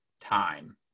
time